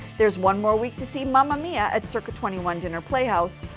there's one more week to see mamma mia! at circa twenty one dinner playhouse.